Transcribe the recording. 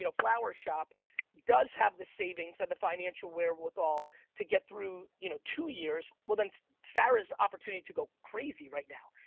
you know flower shop does have the savings and the financial wherewithal to get through, you know two years, well then sarah's opportunity to go crazy right now.